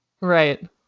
Right